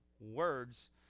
Words